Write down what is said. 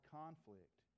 conflict